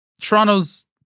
Toronto's